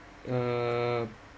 uh